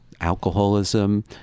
alcoholism